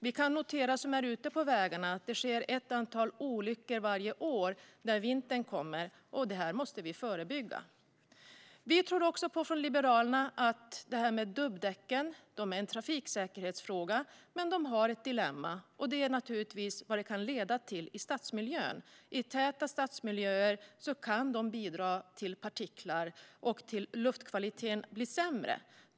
Vi som är ute på vägarna kan notera att det sker ett antal olyckor varje år när vintern kommer. Det här måste vi förebygga. Vi från Liberalerna tror på att det här med dubbdäcken är en trafiksäkerhetsfråga. Men de har ett dilemma, och det är naturligtvis vad de kan leda till i stadsmiljön. I täta stadsmiljöer kan de bidra till partiklar och till att luftkvaliteten blir sämre.